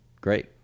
great